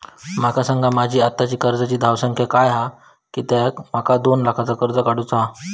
माका सांगा माझी आत्ताची कर्जाची धावसंख्या काय हा कित्या माका दोन लाखाचा कर्ज काढू चा हा?